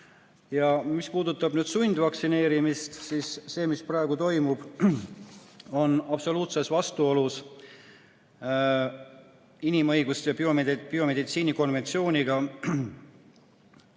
Mis puudutab sundvaktsineerimist, siis see, mis praegu toimub, on absoluutses vastuolus inimõiguste ja biomeditsiini konventsiooniga.